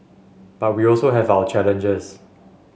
but we also have our challenges